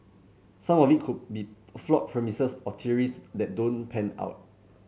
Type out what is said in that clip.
some of it could be flawed premises or theories that don't pan out